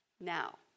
now